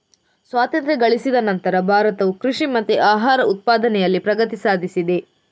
ಸ್ವಾತಂತ್ರ್ಯ ಗಳಿಸಿದ ನಂತ್ರ ಭಾರತವು ಕೃಷಿ ಮತ್ತೆ ಆಹಾರ ಉತ್ಪಾದನೆನಲ್ಲಿ ಪ್ರಗತಿ ಸಾಧಿಸಿದೆ